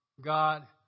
God